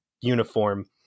uniform